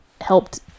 helped